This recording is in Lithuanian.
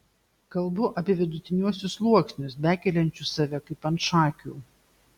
kalbu apie vidutiniuosius sluoksnius bekeliančius save kaip ant šakių